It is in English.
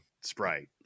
sprite